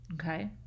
Okay